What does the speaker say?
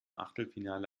achtelfinale